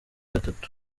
gatatu